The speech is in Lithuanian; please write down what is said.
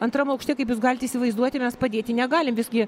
antram aukšte kaip jūs galit įsivaizduoti mes padėti negalim visgi